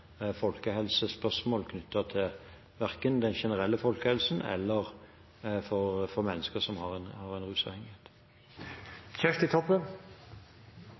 folkehelsespørsmål knyttet til verken den generelle folkehelsen eller for mennesker som har en